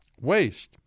waste